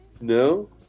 No